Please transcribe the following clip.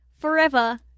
Forever